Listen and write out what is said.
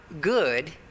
good